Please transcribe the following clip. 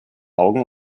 augen